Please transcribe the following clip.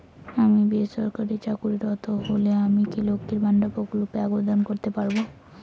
আমি বেসরকারি চাকরিরত হলে আমি কি লক্ষীর ভান্ডার প্রকল্পে আবেদন করতে পারব?